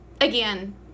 again